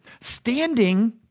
Standing